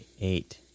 eight